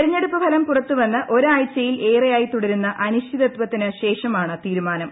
തെരഞ്ഞെടുപ്പ് ഫലം പുറത്തുവന്ന് ഒരാഴ്ചയിലേറെയായി തുടരുന്ന അനിശ്ചിതത്വത്തിന് ശേഷമാണ് തീരുമാനം